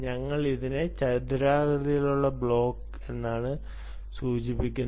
ഞങ്ങൾ ഇതിനെ ചതുരാകൃതിയിലുള്ള ബ്ലോക്ക് എന്നാണ് സൂചിപ്പിക്കുന്നത്